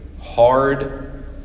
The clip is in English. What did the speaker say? hard